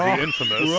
the infamous.